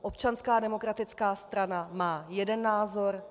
Občanská demokratická strana má jeden názor.